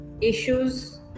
issues